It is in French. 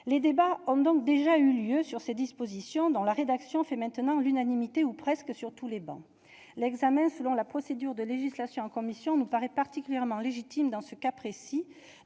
Les débats ont donc déjà eu lieu sur ces dispositions, dont la rédaction fait maintenant l'unanimité, ou presque. L'examen selon la procédure de législation en commission nous paraît particulièrement légitime dans ce cas précis,